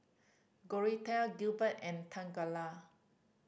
Gorathea Gilbert and Tangela